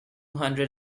hundred